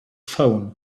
phone